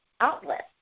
outlet